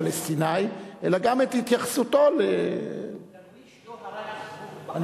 הפלסטיני אלא גם את התייחסותו דרוויש לא הרג זבוב בחיים שלו,